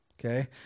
okay